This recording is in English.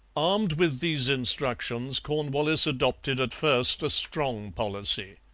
armed with these instructions, cornwallis adopted at first a strong policy.